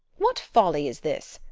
what folly is this?